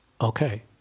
okay